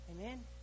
Amen